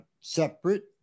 separate